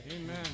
Amen